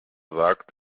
sagt